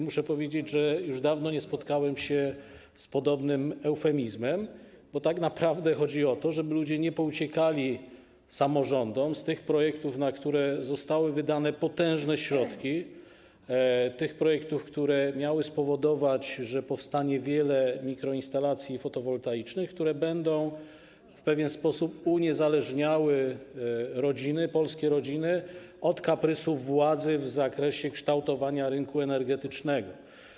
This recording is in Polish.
Muszę powiedzieć, że już dawno nie spotkałem się z podobnym eufemizmem, bo tak naprawdę chodzi o to, żeby ludzie nie pouciekali samorządom, jeśli chodzi o te projekty, na które zostały wydane potężne środki, o te projekty, które miały spowodować, że powstanie wiele mikroinstalacji fotowoltaicznych, które będą w pewien sposób uniezależniały polskie rodziny od kaprysów władzy w zakresie kształtowania rynku energetycznego.